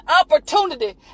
opportunity